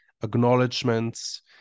acknowledgements